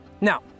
Now